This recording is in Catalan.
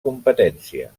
competència